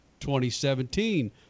2017